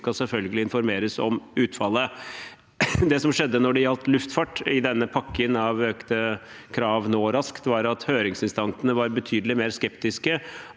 skal selvfølgelig informeres om utfallet. Det som skjedde når det gjelder luftfart i denne pakken av økte krav nå raskt, var at høringsinstansene var betydelig mer skeptiske